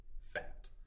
fat